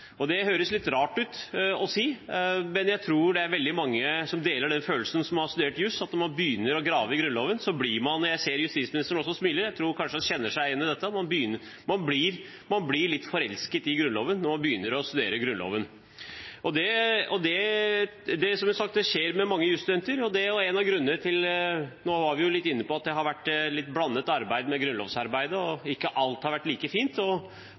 og jeg sier det igjen, det er viktig at man sier det: Jeg elsker Grunnloven. Det høres litt rart ut å si, men jeg tror det er veldig mange som har studert juss, som deler den følelsen. Jeg ser at justisministeren smiler, jeg tror kanskje han kjenner seg igjen i dette – at man blir litt forelsket i Grunnloven når man begynner å studere Grunnloven, begynner å grave i Grunnloven. Som sagt skjer det med mange jusstudenter. Nå var vi jo litt inne på at det har vært litt blandet arbeid med hensyn til grunnlovsarbeidet, og ikke alt har vært like fint.